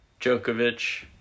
Djokovic